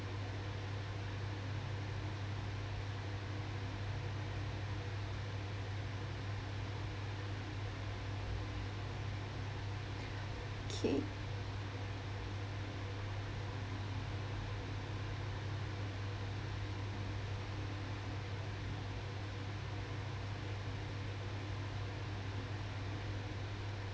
okay